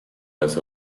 las